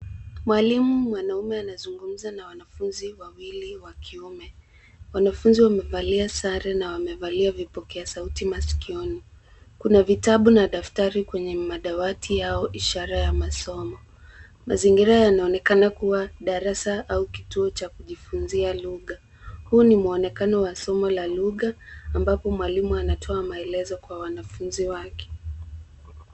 Mwalimu mwanaume anazungumza na wanafunzi wawili wa kiume. Wanafunzi wamevalia sare na wamevalia vipokea sauti masikioni. Kuna vitabu na daftari kwenye madawati yao, ishara ya masomo. Mazingira yanaonekana kuwa darasa au kituo cha kujifunzia lugha. Huu ni muonekano wa somo la lugha ambapo mwalimu anatoa maelezo kwa wanafunzi wake.